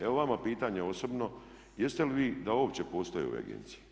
Evo vama pitanje osobno jeste li vi da uopće postoji ove agencije?